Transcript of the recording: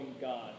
God